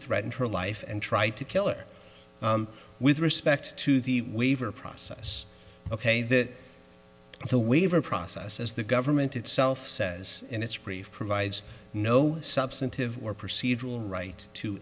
threatened her life and tried to kill her with respect to the waiver process ok that the waiver process as the government itself says in its brief provides no substantive or procedural right to